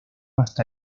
hasta